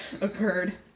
occurred